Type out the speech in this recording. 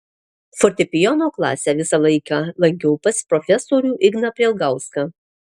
fortepijono klasę visą laiką lankiau pas profesorių igną prielgauską